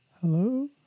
hello